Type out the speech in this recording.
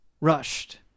rushed